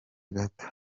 gato